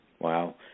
Wow